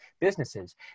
businesses